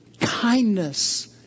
kindness